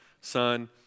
son